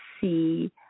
see